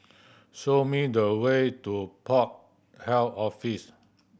show me the way to Port Health Office